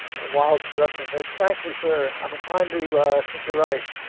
and wilde stood up and said, frankly, sir, i'm inclined to think you're right,